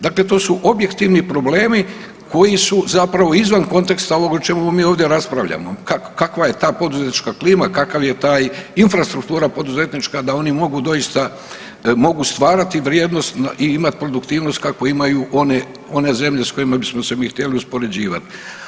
Dakle, to su objektivni problemi koji su zapravo izvan konteksta ovog o čemu mi ovdje raspravljamo, kakva je ta poduzetnička klima, kakav je taj infrastruktura poduzetnička da oni mogu doista mogu stvarati vrijednost i imati produktivnost kakvu imaju one zemlje s kojima bismo se mi htjeli uspoređivati.